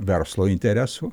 verslo interesų